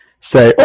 say